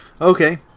Okay